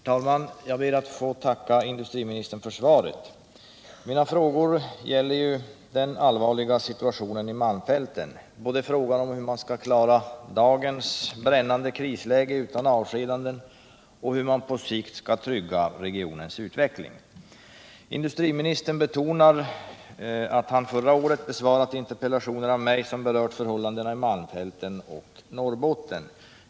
Herr talman! Jag ber att få tacka industriministern för svaret. Mina frågor gäller den allvarliga situationen i malmfälten: både frågan om hur man skall klara dagens brännande krisläge utan avskedanden och frågan om hur man på sikt skall trygga regionens utveckling. Industriministern betonar att han förra året besvarat interpellationer av mig som berört förhållandena i malmfälten och Norrbotten.